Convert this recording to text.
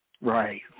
Right